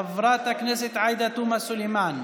חברת הכנסת עאידה תומא סלימאן,